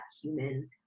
human